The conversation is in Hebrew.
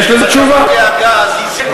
תמלוגי הגז?